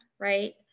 right